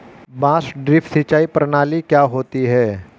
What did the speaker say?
बांस ड्रिप सिंचाई प्रणाली क्या होती है?